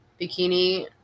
bikini